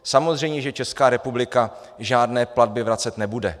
Samozřejmě že Česká republika žádné platby vracet nebude.